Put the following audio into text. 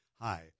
Hi